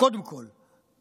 קודם כול,